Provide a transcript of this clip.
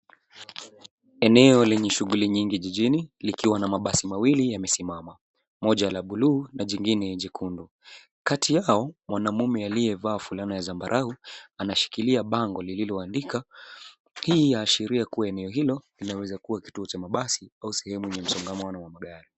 Eneo lenye shughuli nyingi jijini likiwa na mabasi mawili yamesimama, moja la buluu na jingine jekundu. Kati yao, mwanaume aliyevaa fulana ya zambarau anashikilia bango lililoandikwa. Hii yaashiria kuwa eneo hilo linaweza kuwa kituo cha mabasi au sehemu yenye msongamano wa magari.